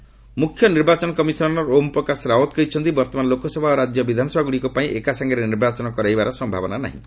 CEC ମୁଖ୍ୟ ନିର୍ବାଚନ commissioner Om Prakash Rawat କହିଛନ୍ତି ବର୍ତ୍ତମାନ ଲୋକସଭା ଓ ରାଜ୍ୟ ବିଧାନସଭାଗୁଡ଼ିକ ପାଇଁ ଏକାସାଙ୍ଗରେ ନିର୍ବାଚନ କରାଇବାର ସମ୍ଭାବନା ନାହିଁ